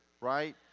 right